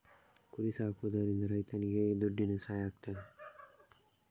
ಕುರಿ ಸಾಕುವುದರಿಂದ ರೈತರಿಗೆ ಹೇಗೆ ದುಡ್ಡಿನ ಸಹಾಯ ಆಗ್ತದೆ?